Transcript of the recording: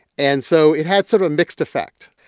and so it had sort of a mixed effect.